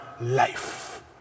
life